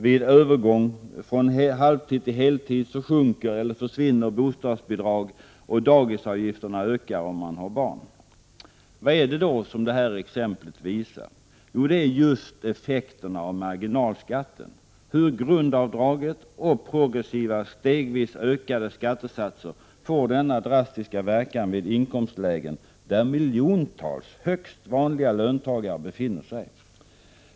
Vid övergång från halvtid till heltid minskar eller försvinner bostadsbidraget, och dagisavgiften ökar för den som har barn. Vad är det då som exemplet visar? Jo, det är just effekterna av marginalskatten, hur grundavdraget och progressiva, stegvis ökade, skattesatser får denna drastiska verkan vid inkomstlägen där miljontals högst vanliga löntagare befinner sig.